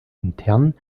intern